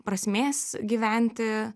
prasmės gyventi